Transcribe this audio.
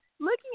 Looking